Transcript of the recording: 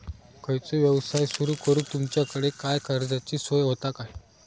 खयचो यवसाय सुरू करूक तुमच्याकडे काय कर्जाची सोय होता काय?